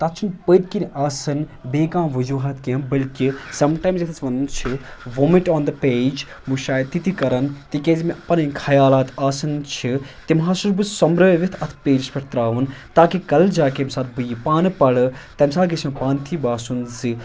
تَتھ چھُنہٕ پٔتھۍ کِنۍ آسان بیٚیہِ کانٛہہ وجوٗہات کینٛہہ بٔلکہِ سمٹایمٕز یَتھ أسۍ وَنان چھِ وۄمنٛٹ آن دَ پیج بہٕ چھُس شاید تِتہِ کَران تِکیازِ یِم مےٚ پَنٕنۍ خیالات آسان چھِ تِم حظ چھُس بہٕ سۄمرٲوِتھ اَتھ پیجَس پٮ۪ٹھ ترٛاوُن تاکہ کل جاکے ییٚمہِ ساتہٕ بہٕ یہِ پانہٕ پَرٕ تَمہِ ساتہٕ گَژھِ مےٚ پانہٕ تہِ یہِ باسُن زِ